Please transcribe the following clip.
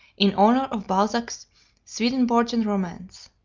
in honor of balzac's swedenborgian romance.